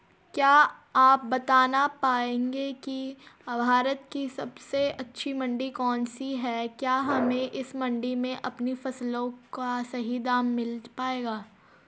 क्या आप बताना पाएंगे कि भारत की सबसे अच्छी मंडी कौन सी है क्या हमें इस मंडी में अपनी फसलों का सही दाम मिल पायेगा?